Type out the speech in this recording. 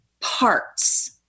parts